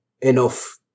enough